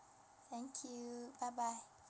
thank you bye bye